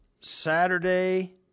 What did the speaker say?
Saturday